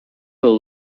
will